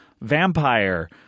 vampire